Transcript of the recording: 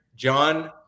john